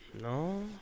No